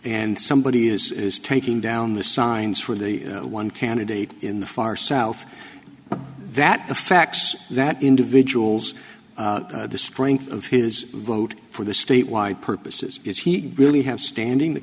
and somebody is is taking down the signs for the one candidate in the far south that the facts that individual's the strength of his vote for the state wide purposes if he really have standing t